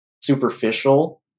superficial